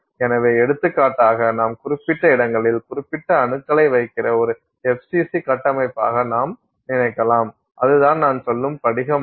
எனவே எடுத்துக்காட்டாக நாம் குறிப்பிட்ட இடங்களில் குறிப்பிட்ட அணுக்களை வைக்கிற ஒரு FCC கட்டமைப்பாக நாம் நினைக்கலாம் அதுதான் நான் சொல்லும் படிகமானது